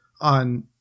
on